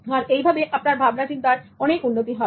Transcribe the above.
আর এই ভাবে আপনার ভাবনা চিন্তার অনেক উন্নতি হবে